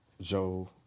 Joe